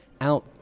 Out